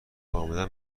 کاملا